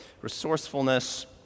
Resourcefulness